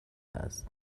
است